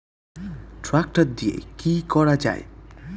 Tractor দিয়ে কি করা যায়?